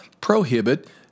prohibit